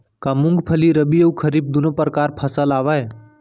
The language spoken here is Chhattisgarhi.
का मूंगफली रबि अऊ खरीफ दूनो परकार फसल आवय?